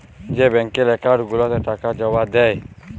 যেই ব্যাংকের একাউল্ট গুলাতে টাকা জমা দেই